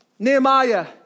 Nehemiah